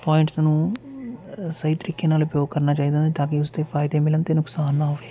points ਨੂੰ ਸਹੀ ਤਰੀਕੇ ਨਾਲ ਉਪਯੋਗ ਕਰਨਾ ਚਾਹੀਦਾ ਤਾਂ ਕਿ ਉਸ ਦੇ ਫ਼ਾਇਦੇ ਮਿਲਣ ਅਤੇ ਨੁਕਸਾਨ ਨਾ ਹੋਵੇ